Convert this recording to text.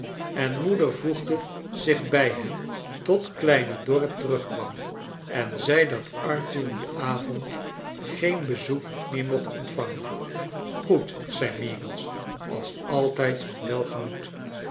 en moeder voegde zich bij hen tot kleine borrit terugkwam en zei dat arthur dien avond geen bezoek meer mocht ontvangen goed zei meagles als artijd welgemoed